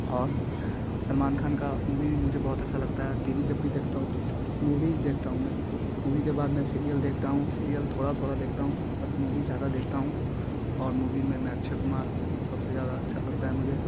और सलमान खान का मूवी भी मुझे बहुत अच्छा लगता है टी वी जब भी देखता हूँ तो मूवी देखता हूँ मैं मूवी के बाद में सीरियल देखता हूँ सीरियल थोड़ा थोड़ा देखता हूँ बट मूवी ज़्यादा देखता हूँ और मूवी में मैं अक्षय कुमार को सबसे ज़्यादा अच्छा लगता है मुझे